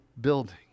building